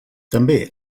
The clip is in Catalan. també